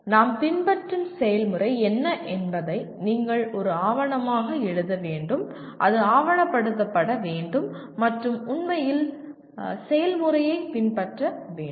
நாம் பின்பற்றும் செயல்முறை என்ன என்பதை நீங்கள் ஒரு ஆவணமாக எழுத வேண்டும் அது ஆவணப்படுத்தப்பட வேண்டும் மற்றும் உண்மையில் செயல்முறையைப் பின்பற்ற வேண்டும்